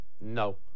no